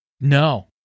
No